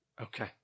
okay